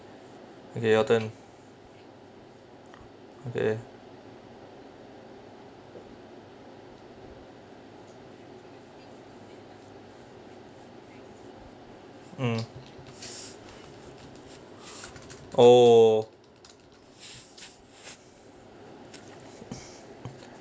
okay your turn okay mm oh